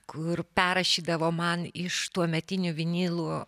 kur perrašydavo man iš tuometinių vinilų